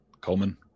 Coleman